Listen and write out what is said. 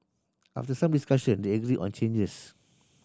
after some discussion they agreed on changes